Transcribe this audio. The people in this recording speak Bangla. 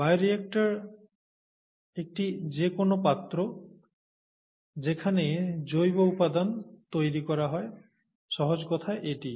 বায়োরিয়্যাক্টর একটি যে কোনও পাত্র যেখানে জৈব উপাদান তৈরি করা হয় সহজ কথায় এটিই